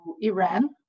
Iran